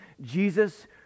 Jesus